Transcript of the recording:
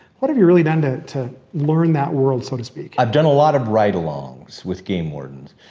what have you really done to to learn that world so to speak? i've done a lot of ride alongs with game wardens.